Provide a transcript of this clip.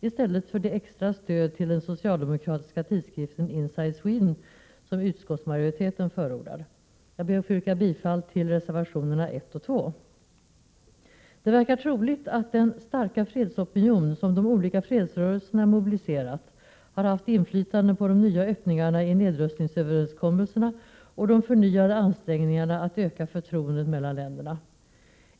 i stället för det extra stöd till den socialdemokratiska tidskriften Inside Sweden som utskottsmajoriteten förordar. Jag ber att få yrka bifall till reservationerna 1 och 2. Det verkar troligt att den starka fredsopinion som de olika fredsrörelserna mobiliserat har haft inflytande på de nya öppningarna i nedrustningsöverenskommelserna och de förnyade ansträngningarna att öka förtroendet mellan länderna.